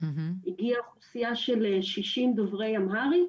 הגיעה אוכלוסייה של שישים דוברי אמהרית